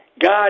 God